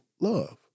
love